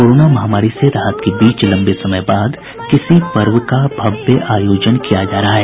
corona महामारी से राहत के बीच लंबे समय बाद किसी पर्व का भव्य आयोजन किया जा रहा है